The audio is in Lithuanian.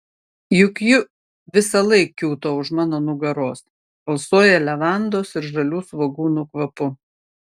juk ji visąlaik kiūto už mano nugaros alsuoja levandos ir žalių svogūnų kvapu